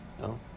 No